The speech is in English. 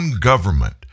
government